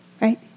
right